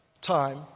time